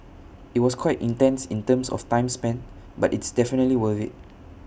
IT was quite intense in terms of time spent but it's definitely worth IT